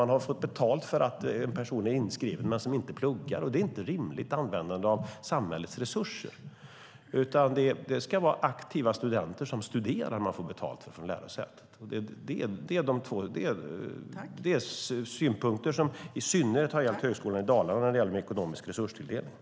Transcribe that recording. Lärosätet har fått betalt för att en person är inskriven som inte pluggar. Det är inte ett rimligt användande av samhällets resurser. Det ska vara aktiva studenter som studerar som man får betalt för som lärosäte. Detta är synpunkter som i synnerhet har gällt Högskolan Dalarna när det gäller den ekonomiska resurstilldelningen.